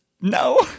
No